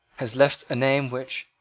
has left a name which,